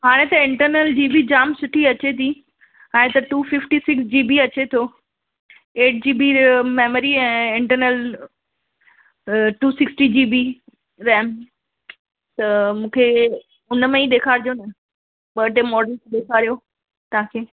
हाणे त internal G B जाम सुठी अचे थी हाणे त two fifty six G B अचे थो ऐट जी बी मैमरी ऐं internal two sixty G B RAM त मूंखे हुन में ई ॾेखारिजो न ॿ टे मॉडल्स ॾेखारियो तव्हांखे